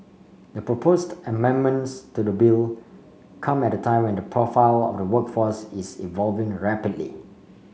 the proposed amendments to the bill come at a time when the profile of the workforce is evolving rapidly